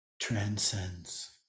transcends